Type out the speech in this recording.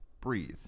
breathe